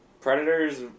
Predators